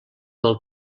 del